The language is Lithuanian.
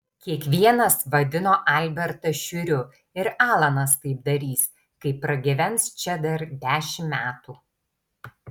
kiekvienas vadino albertą šiuriu ir alanas taip darys kai pragyvens čia dar dešimt metų